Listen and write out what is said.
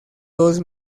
dos